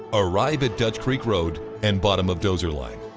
arrive at dutch creek road and bottom of dozer line.